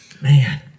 Man